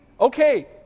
okay